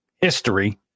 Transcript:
history